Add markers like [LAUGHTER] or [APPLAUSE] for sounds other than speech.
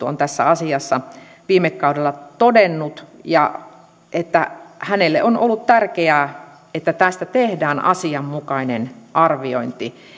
[UNINTELLIGIBLE] on tässä asiassa viime kaudella todennut ja että hänelle on tärkeää että tästä tehdään asianmukainen arviointi